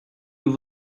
nous